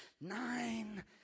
nine